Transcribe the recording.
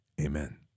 Amen